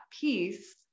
piece